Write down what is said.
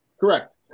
Correct